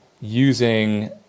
using